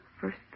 First